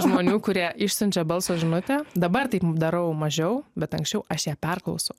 žmonių kurie išsiunčia balso žinutę dabar taip darau mažiau bet anksčiau aš ją perklausau